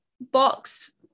box